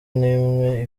n’imwe